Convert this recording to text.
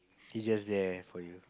it's just there for you